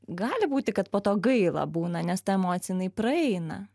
gali būti kad po to gaila būna nes ta emocija jinai praeina